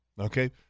Okay